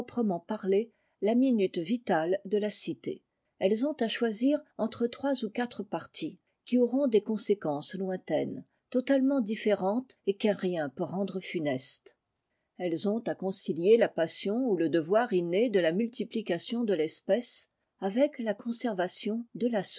parler la minute vitale de la cité elles ont à choisir entre trois ou quatre partis qui auront des conséquences lointaines totalement d rentes et qu'un rien peut rendre funestes j ont à concilier la passion ou le devoir est né de la multiplication de l'espèce avec la conservation de la